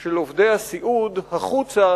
של עובדי הסיעוד החוצה